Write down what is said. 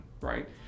right